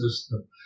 system